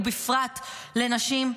ובפרט לנשים,